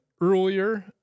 earlier